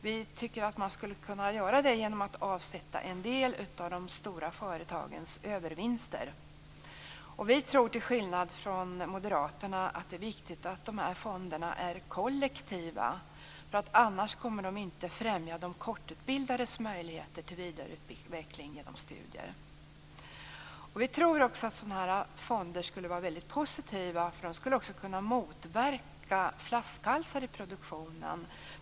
Vi tycker att man skall göra det genom att avsätta en del av de stora företagens övervinster. Vi tror, till skillnad från moderaterna, att det är viktigt att fonderna är kollektiva, annars kommer de inte att främja de kortutbildades möjligheter till vidareutveckling genom studier. Vi tror att sådana fonder skulle vara positiva, för de skulle kunna motverka flaskhalsar i produktionen.